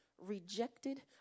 rejected